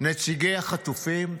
נציגי החטופים,